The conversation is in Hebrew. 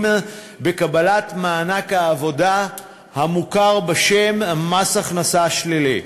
בקבלת מענק העבודה המוכר בשם מס הכנסה שלילי.